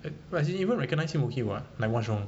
but he even recognise him is okay [what] like what's wrong